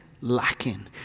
lacking